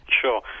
Sure